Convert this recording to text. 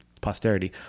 Posterity